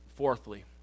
Fourthly